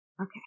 Okay